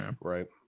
right